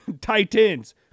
Titans